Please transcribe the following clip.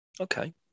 Okay